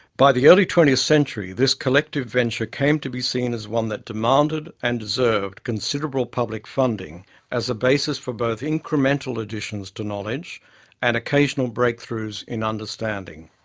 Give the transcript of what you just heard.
by the early twentieth century, this collective venture came to be seen as one that demanded and deserved considerable public funding as the basis for both incremental additions to knowledge and occasional breakthroughs in understanding.